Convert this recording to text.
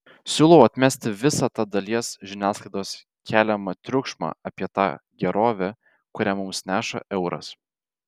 siūlau atmesti visą tą dalies žiniasklaidos keliamą triukšmą apie tą gerovę kurią mums neša euras